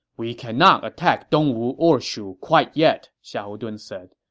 we cannot attack dongwu or shu quite yet, xiahou dun said.